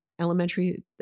elementary